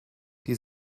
die